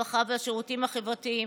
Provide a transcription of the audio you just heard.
הרווחה והשירותים החברתיים